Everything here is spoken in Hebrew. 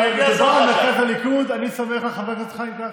כשזה בא למרכז הליכוד אני סומך על חבר הכנסת חיים כץ.